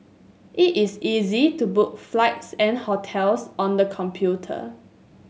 it is easy to book flights and hotels on the computer